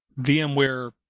VMware